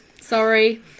sorry